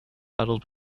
battles